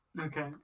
Okay